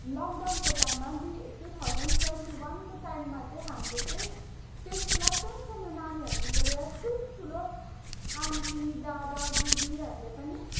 लकडाउनको टाइममा दुई टु थाउजन्ड ट्वेन्टी वानको टाइममा चाहिँ हामीले चाहिँ त्यतिबेला सानो सानो नानीहरूदेखिको लिएर ठुल्ठुलो आन्टी दादा दिदीहरूले पनि